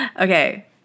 Okay